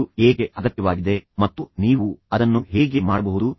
ಇದು ಏಕೆ ಅಗತ್ಯವಾಗಿದೆ ಮತ್ತು ನೀವು ಅದನ್ನು ಹೇಗೆ ಮಾಡಬಹುದು